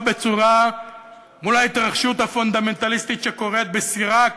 בצורה מול ההתרחשות הפונדמנטליסטית שקורית בעיראק,